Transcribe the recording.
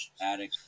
attic